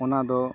ᱚᱱᱟ ᱫᱚ